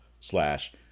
slash